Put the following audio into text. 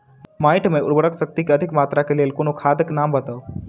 माटि मे उर्वरक शक्ति केँ अधिक मात्रा केँ लेल कोनो खाद केँ नाम बताऊ?